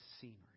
scenery